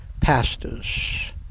pastors